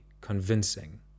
convincing